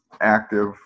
active